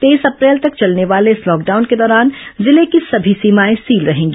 तेईस अप्रैल तक चलने वाले इस लॉकडाउन के दौरान जिले की सभी सीमाएं सील रहेंगी